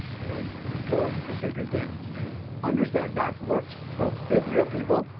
you know, you're going for bigger gains and understand that works for busier people.